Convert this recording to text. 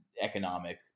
economic